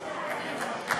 מאוד